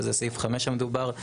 שזה סעיף 5 המדובר.